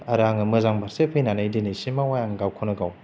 आरो आङो मोजां फारसे फैनानै दिनैसिमाव आं गावखौनो गाव